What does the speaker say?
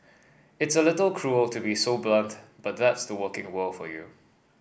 it's a little cruel to be so blunt but that's the working world for you